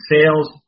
Sales